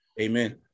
Amen